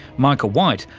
micah white,